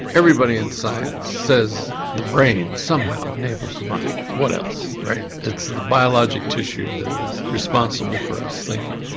everybody in science says the brain somehow enables the mind what else, right? it's the biologic tissue that is responsible for us thinking.